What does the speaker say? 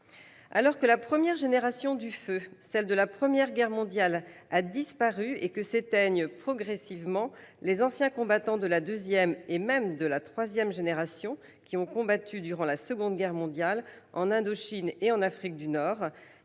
Alors que la première génération du feu, celle de la Première Guerre mondiale, a disparu, et que s'éteignent progressivement les anciens combattants de la deuxième génération, et même ceux de la troisième, qui ont combattu durant la Seconde Guerre mondiale, en Indochine ou en Afrique du Nord,